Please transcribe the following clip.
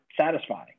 satisfying